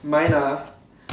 mine ah